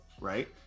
right